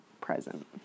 present